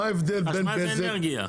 חשמל זה אנרגיה.